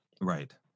Right